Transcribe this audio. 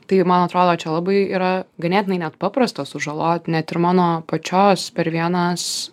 tai man atrodo čia labai yra ganėtinai net paprasta sužalot net ir mano pačios per vienas